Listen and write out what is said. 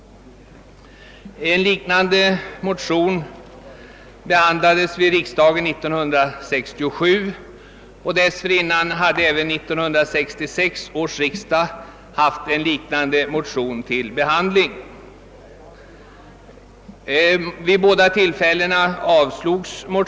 Liknande motioner har behandlats vid 1966 och 1967 års riksdagar, men vid båda dessa tillfällen har motionerna avslagits.